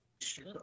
Sure